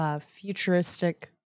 Futuristic